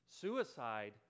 Suicide